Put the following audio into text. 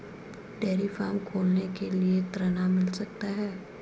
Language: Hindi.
डेयरी फार्म खोलने के लिए ऋण मिल सकता है?